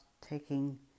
taking